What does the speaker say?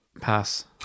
Pass